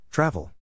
Travel